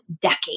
decade